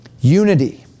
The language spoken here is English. Unity